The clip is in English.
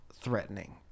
threatening